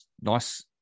nice